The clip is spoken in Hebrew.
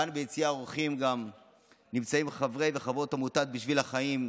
כאן ביציע האורחים גם נמצאים חברי וחברות עמותת "בשביל החיים"